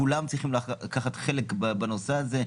כולם צריכים לקחת חלק בנושא הזה,